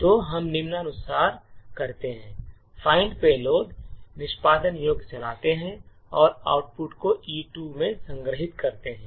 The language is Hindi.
तो हम निम्नानुसार करते हैं find payload निष्पादन योग्य चलाते हैं और आउटपुट को E2 में संग्रहीत करते हैं